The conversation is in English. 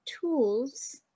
tools